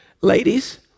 Ladies